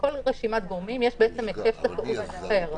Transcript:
לכל רשימת גורמים יש היקף זכאות אחר.